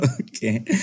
okay